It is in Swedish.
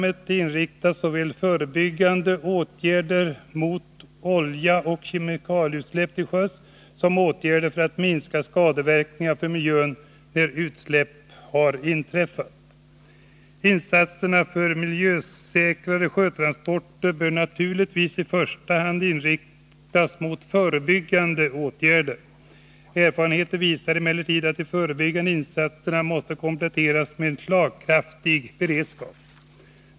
Det är inriktat på såväl förebyggande åtgärder mot oljeoch kemikalieutsläpp till sjöss som åtgärder för att minska skadeverkningarna för miljön när utsläpp har inträffat. Insatserna för miljösäkrare sjötransporter bör naturligtvis i första hand inriktas mot förebyggande åtgärder. Erfarenheten visar emellertid att de förebyggande insatserna måste kompletteras med en slagkraftig beredskap.